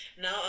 now